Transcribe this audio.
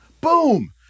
Boom